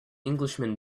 englishman